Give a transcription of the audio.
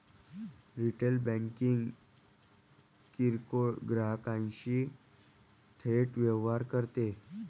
retail banking किरकोळ ग्राहकांशी थेट व्यवहार करते